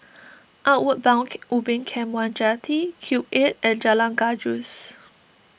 Outward Bound Ubin Camp one Jetty Cube eight and Jalan Gajus